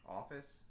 office